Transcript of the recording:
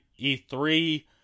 e3